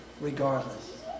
regardless